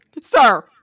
Sir